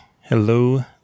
Hello